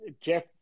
Jeff